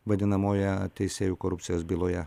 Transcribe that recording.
vadinamoje teisėjų korupcijos byloje